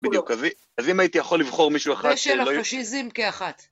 בדיוק, אז אם הייתי יכול לבחור מישהו אחת שלא יהיה.. זה של החושיזים כאחת.